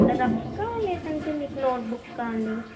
రఫ్కా లేదేంటే మీకు నోట్ బుక్కా అండి